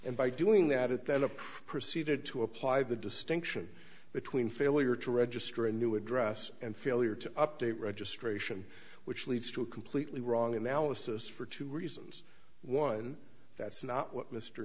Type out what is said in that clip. and by doing that it then a proceeded to apply the distinction between failure to register a new address and failure to update registration which leads to a completely wrong analysis for two reasons one that's not what mr